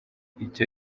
icyo